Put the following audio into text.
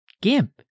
GIMP